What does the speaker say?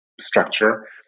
structure